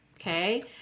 Okay